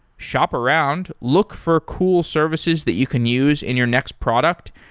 shop around, look for cool services that you can use in your next product,